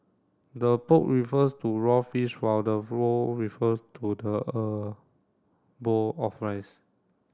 the poke refers to raw fish while the bowl refers to the er bowl of rice